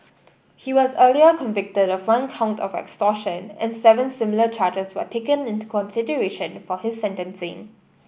he was earlier convicted of one count of extortion and seven similar charges were taken into consideration for his sentencing